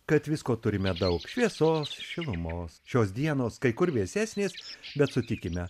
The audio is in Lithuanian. kad visko turime daug šviesos šilumos šios dienos kai kur vėsesnės bet sutikime